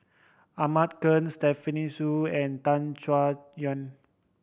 Ahmad Khan Stefanie and Tan Chay Yan